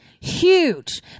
huge